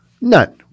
None